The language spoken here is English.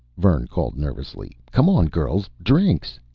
vern called nervously. come on, girls! drinks!